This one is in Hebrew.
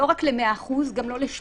לא רק ל-100%, אלא גם לא ל-80%.